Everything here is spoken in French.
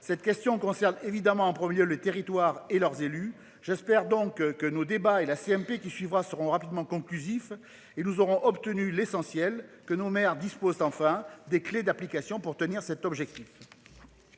cette question concerne évidemment en 1er lieu le territoire et leurs élus. J'espère donc que nos débats et la CMP qui suivra seront rapidement conclusif et nous aurons obtenu l'essentiel que nos mères disposent enfin des clés d'application pour tenir cet objectif.